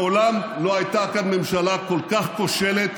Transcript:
מעולם לא הייתה כאן ממשלה כל כך כושלת,